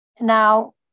Now